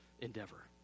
endeavor